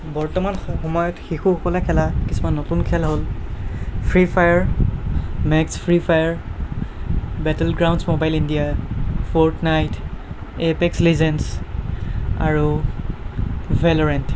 বৰ্তমান সময়ত শিশুসকলে খেলা কিছুমান নতুন খেল হ'ল free fire max free fire battleground মোবাইলছ India Fortnite Apex Legend আৰু ভেলোৰেণ্ট